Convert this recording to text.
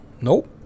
Nope